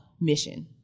mission